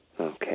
Okay